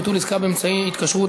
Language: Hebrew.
ביטול עסקה באמצעי התקשרות),